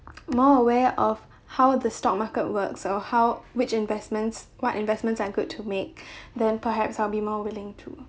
more aware of how the stock market works or how which investments what investments are good to make then perhaps I'll be more willing to